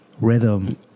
Rhythm